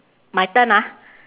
my turn ah